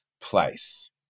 place